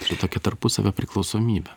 šitokia tarpusavio priklausomybė